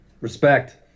Respect